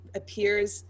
appears